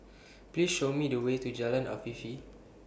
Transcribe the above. Please Show Me The Way to Jalan Afifi